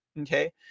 Okay